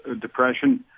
depression